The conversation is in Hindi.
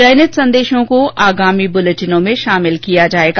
चयनित संदेशों को आगामी ब्रलेटिनों में शामिल किया जाएगा